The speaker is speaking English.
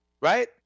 Right